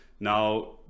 Now